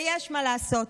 ויש מה לעשות: